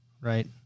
right